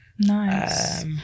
Nice